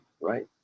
right